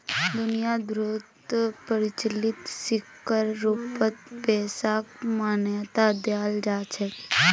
दुनिया भरोत प्रचलित सिक्कर रूपत पैसाक मान्यता दयाल जा छेक